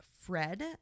Fred